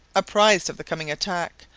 apprised of the coming attack,